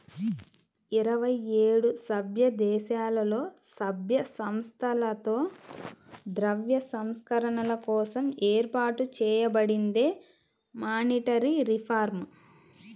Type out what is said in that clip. ఇరవై ఏడు సభ్యదేశాలలో, సభ్య సంస్థలతో ద్రవ్య సంస్కరణల కోసం ఏర్పాటు చేయబడిందే మానిటరీ రిఫార్మ్